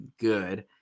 good